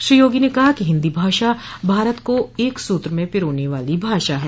श्री योगी ने कहा कि हिन्दी भाषा भारत को एक सूत्र में पिरोने वाली भाषा है